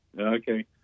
Okay